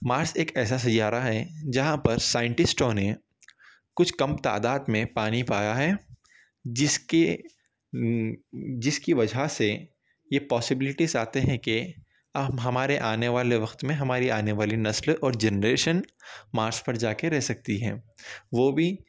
مارس ایک ایسا سیارہ ہے جہاں پر سائنسٹسٹوں نے کچھ کم تعداد میں پانی پایا ہے جس کے جس کی وجہ سے یہ پاسیبلیٹز آتے ہیں کہ ہم ہمارے آنے والے وقت میں ہماری آنے والی نسل اور جینریشن مارس پر جا کر رہ سکتی ہے وہ بھی